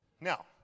Now